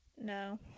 No